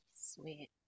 Sweet